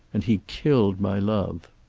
and he killed my love.